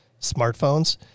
smartphones